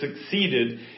succeeded